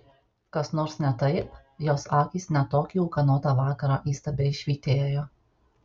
kas nors ne taip jos akys net tokį ūkanotą vakarą įstabiai švytėjo